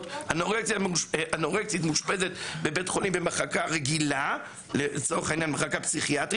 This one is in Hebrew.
חסון רוזנשטיין, יושבת-ראש העמותה הישראלית